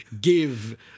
give—